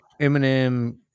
Eminem